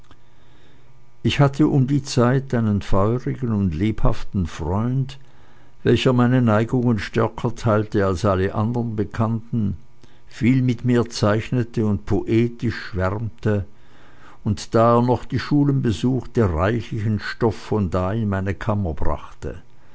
ich hatte um die zeit einen feurigen und lebhaften freund welcher meine neigungen stärker teilte als alle anderen bekannten viel mit mir zeichnete und poetisch schwärmte und da er noch die schulen besuchte reichlichen stoff von da in meine kammer brachte